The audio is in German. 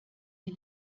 die